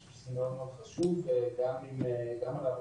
אני חושב שהוא מאוד מאוד חשוב וגם על העבודה